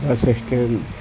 assistant